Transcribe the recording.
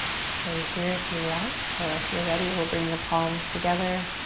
stay here if you like or if you're ready, we'll bring the palms together.